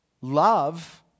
love